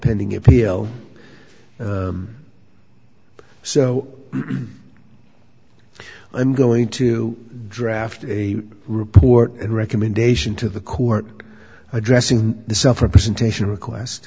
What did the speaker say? pending appeal so i'm going to draft a report and recommendation to the court addressing the sufferer presentation request